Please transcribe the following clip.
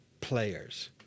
players